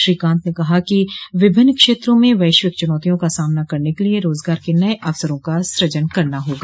श्री कांत ने कहा कि विभिन्न क्षेत्रों में वैश्विक चुनौतियों का सामना करने के लिए रोजगार के नये अवसरों का सूजन करना होगा